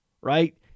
Right